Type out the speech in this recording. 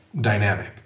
dynamic